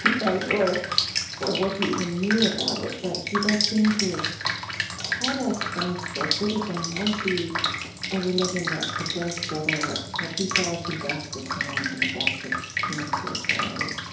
um right? or or what he even knew about it, but he does seem to have had a sense that buddhism might be a religion that could bring together what what he saw as the best of science and the best of human spirituality.